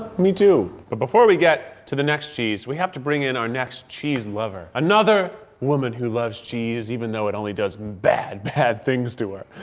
me too. but before we get to the next cheese, we have to bring in our next cheese lover. another woman who loves cheese even though it only does bad, bad things to her,